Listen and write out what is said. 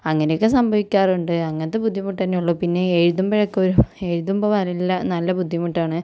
അങ്ങനെയൊക്കെ സംഭവിക്കാറുണ്ട് അങ്ങനത്തെ ബുദ്ധിമുട്ടുതന്നെയുള്ളൂ പിന്നെ എഴുതുമ്പോഴൊക്കെ ഒരു എഴുതുമ്പോൾ നല്ല നല്ല ബുദ്ധിമുട്ടാണ്